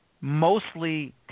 mostly